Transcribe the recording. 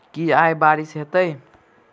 की आय बारिश हेतै?